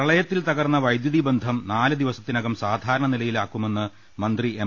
പ്രളയത്തിൽ തകർന്ന വൈദ്യുതി ബന്ധം നാല് ദിവസത്തിനകം സാധാ രണനിലയിലാക്കുമെന്ന് മന്ത്രി എം